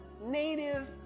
native